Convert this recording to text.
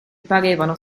parevano